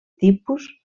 tipus